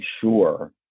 sure